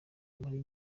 muri